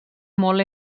molt